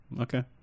Okay